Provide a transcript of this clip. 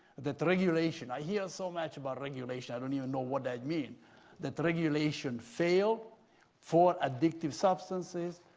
that regulation i hear so much about regulation, i don't even know what that means that regulation failed for addictive substances,